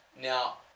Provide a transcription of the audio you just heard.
Now